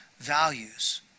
values